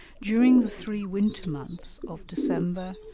during the three winter months of december,